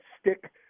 stick